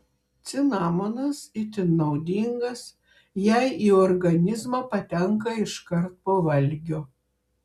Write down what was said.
cinamonas itin naudingas jei į organizmą patenka iškart po valgio